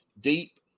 deep